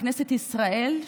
בכנסת ישראל,